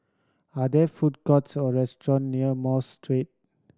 are there food courts or restaurant near Mosque Street